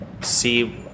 See